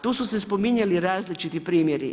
Tu su se spominjali različiti primjeri.